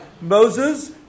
Moses